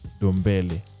Dombele